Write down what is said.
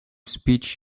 speech